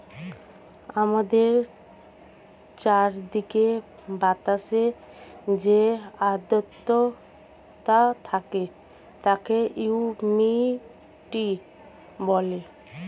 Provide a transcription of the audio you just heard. আমাদের চারিদিকের বাতাসে যে আর্দ্রতা থাকে তাকে হিউমিডিটি বলে